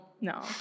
no